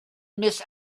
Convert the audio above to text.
miss